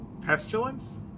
Pestilence